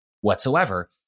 whatsoever